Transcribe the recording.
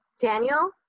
Daniel